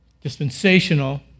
dispensational